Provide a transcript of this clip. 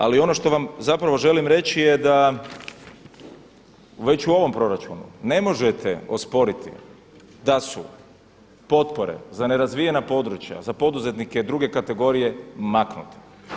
Ali ono što vam zapravo želim reći je da već u ovom proračunu ne možete osporiti da su potpore za nerazvijena područja, za poduzetnike 2. kategorije maknute.